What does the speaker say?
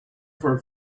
for